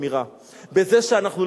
שם יש הכרעה, ושם יש שופט שאומר: אני לא